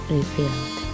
Revealed